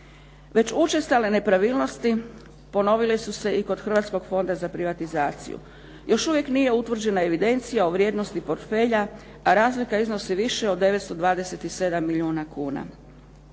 Već učestale nepravilnosti ponovile su se i kod Hrvatskog fonda za privatizaciju. Još uvijek nije utvrđena evidencija o vrijednosti portfelja, a razlika iznosi više od 927 milijuna kuna.